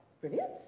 brilliant